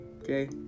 Okay